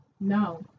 No